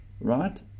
right